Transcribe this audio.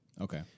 Okay